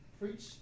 preach